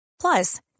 Plus